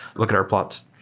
look at our plots.